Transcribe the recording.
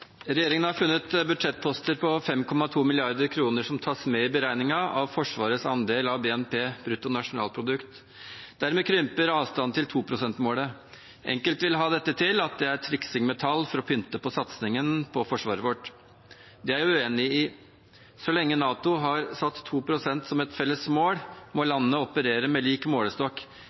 Regjeringen har funnet budsjettposter på 5,2 mrd. kr som tas med i beregningen av Forsvarets andel av BNP – bruttonasjonalprodukt. Dermed krymper avstanden til 2-prosentmålet. Enkelte vil ha det til at det er triksing med tall for å pynte på satsingen på forsvaret vårt. Det er jeg uenig i. Så lenge NATO har satt 2 pst. som et felles mål, må landene operere med lik målestokk.